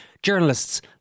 journalists